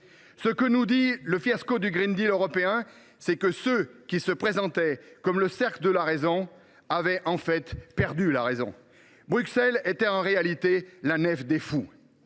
Ce que nous dit le fiasco du européen, c’est que ceux qui se présentaient comme le cercle de la raison avaient en fait perdu la raison ; Bruxelles était devenue la nef des fous